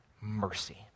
mercy